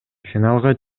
финалга